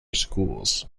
schools